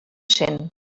cent